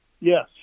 Yes